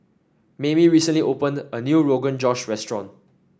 Maymie recently opened a new Rogan Josh restaurant